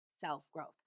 self-growth